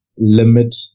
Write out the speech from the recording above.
limit